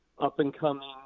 up-and-coming